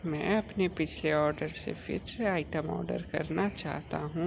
मैं अपने पिछले ऑर्डर से फिर से आइटम ऑर्डर करना चाहता हूँ